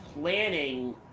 planning